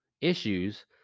issues